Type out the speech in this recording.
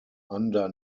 under